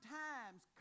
times